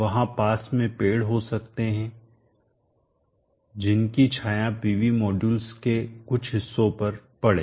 वहां पास में पेड़ हो सकते हैं जिनकी छाया PV मॉड्यूल के कुछ हिस्सों पर पड़े